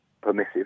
permissive